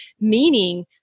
meaning